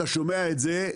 אתה שומע את זה,